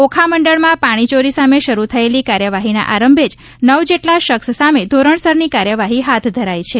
ઓખામંડળમાં પાણીચોરી સામે શરૂ થયેલી કાર્યવાહીના આરંભે જ નવ જેટલા શખ્સ સામે ધોરણસરની કાર્યવાહી હાથ ધરાઇ છે